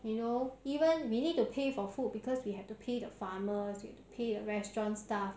you know even we need to pay for food because we have to pay the farmers we have to pay the restaurant staff